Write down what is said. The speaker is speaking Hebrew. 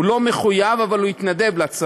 הוא לא מחויב, אבל הוא התנדב לצבא,